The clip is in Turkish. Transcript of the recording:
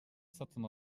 satın